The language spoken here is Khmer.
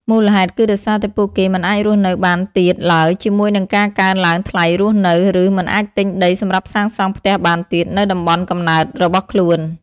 មូលហេតុគឺដោយសារតែពួកគេ មិនអាចរស់នៅបានទៀតឡើយជាមួយនឹងការកើនឡើងថ្លៃរស់នៅ ឬ មិនអាចទិញដីសម្រាប់សាងសង់ផ្ទះបានទៀត នៅតំបន់កំណើតរបស់ខ្លួន។